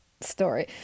story